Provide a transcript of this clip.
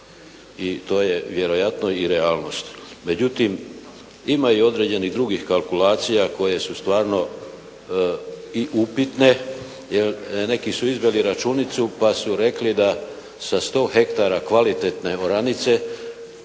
I to je vjerojatno i realnost. Međutim, ima i određenih drugih kalkulacija koje su stvarno i upitne, jer neki su izveli računicu pa su rekli da sa 100 hektara kvalitetne oranice